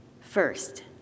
First